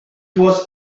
was